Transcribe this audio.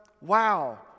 wow